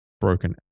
broken